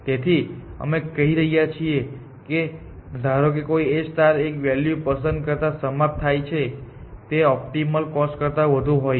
તેથી અમે કહી રહ્યા છીએ કે ધારો કે કોઈ A એક વેલ્યુ પસંદ કરતા સમાપ્ત થાય છે જે ઓપ્ટિમલ કોસ્ટ કરતા વધુ હોય